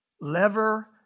Lever